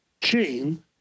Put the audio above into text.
chain